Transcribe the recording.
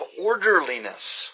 orderliness